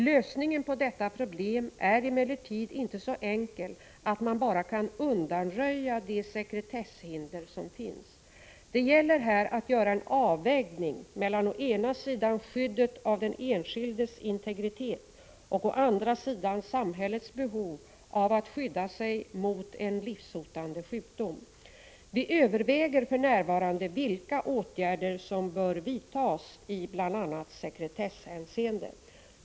Lösningen på dessa problem är emellertid inte så enkel att man bara kan undanröja de sekretesshinder som finns. Det gäller här att göra en avvägning mellan å ena sidan skyddet av den enskildes integritet och å andra sidan samhällets behov av att skydda sig mot en livshotande sjukdom. Vi överväger för närvarande vilka åtgärder som bör vidtas i bl.a. sekretesshänseende.